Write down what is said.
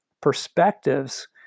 perspectives